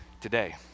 today